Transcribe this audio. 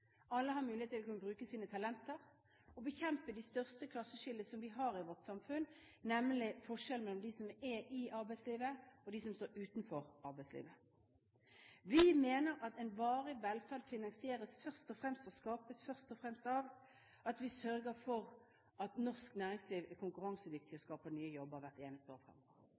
alle har mulighet til å kunne bruke sine talenter, å bekjempe de største klasseskiller som vi har i vårt samfunn, nemlig forskjellen mellom dem som er i arbeidslivet, og dem som står utenfor arbeidslivet. Vi mener at varig velferd først og fremst finansieres og skapes av at vi sørger for at norsk næringsliv er konkurransedyktig og skaper nye jobber hvert eneste år fremover.